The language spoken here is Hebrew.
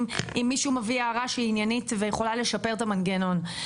אם מישהו מביא הערה שהיא עניינית ויכולה לשפר את המנגנון.